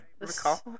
recall